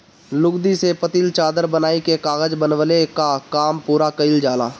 लुगदी से पतील चादर बनाइ के कागज बनवले कअ काम पूरा कइल जाला